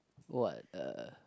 what uh